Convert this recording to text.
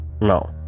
No